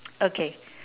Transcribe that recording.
okay